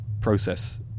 process